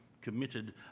committed